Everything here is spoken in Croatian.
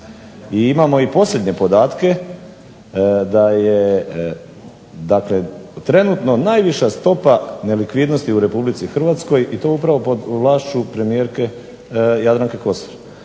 I imamo i posljednje podatke da je, dakle trenutno najviša stopa nelikvidnosti u RH i to upravo pod vlašću premijerke Jadranke Kosor.